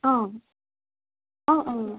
অঁ অঁ অঁ